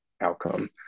outcome